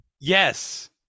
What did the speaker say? yes